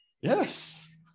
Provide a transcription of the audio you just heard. yes